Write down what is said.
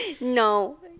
no